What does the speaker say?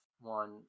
one